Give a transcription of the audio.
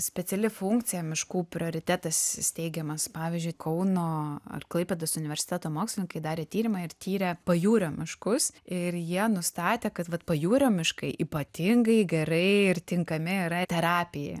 speciali funkcija miškų prioritetas steigiamas pavyzdžiui kauno ar klaipėdos universiteto mokslininkai darė tyrimą ir tyrė pajūrio miškus ir jie nustatė kad vat pajūrio miškai ypatingai gerai ir tinkami yra terapija